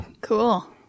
Cool